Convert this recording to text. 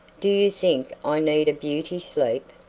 do you think i need a beauty sleep?